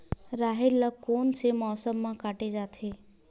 राहेर ल कोन से मौसम म काटे जाथे?